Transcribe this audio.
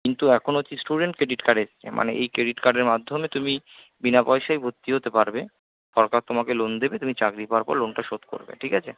কিন্তু এখন হচ্ছে স্টুডেন্ট ক্রেডিট কার্ড এসছে মানে এই ক্রেডিট কার্ডের মাধ্যমে তুমি বিনা পয়সায় ভর্তি হতে পারবে সরকার তোমাকে লোন দেবে তুমি চাকরি পাওয়ার পরে লোনটা শোধ করবে ঠিক আছে